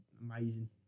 amazing